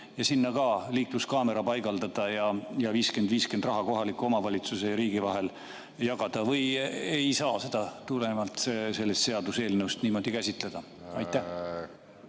ja sinna ka liikluskaamera paigaldada ja trahviraha kohaliku omavalitsuse ja riigi vahel jagada? Või ei saa seda tulenevalt sellest seaduseelnõust niimoodi käsitleda? Aitäh!